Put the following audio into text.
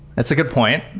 that's a good point.